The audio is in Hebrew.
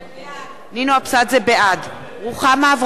בעד רוחמה אברהם-בלילא,